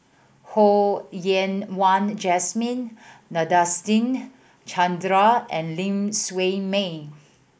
Ho Yen Wah Jesmine Nadasen Chandra and Ling Siew May